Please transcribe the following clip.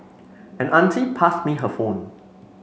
an auntie passed me her phone